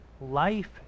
life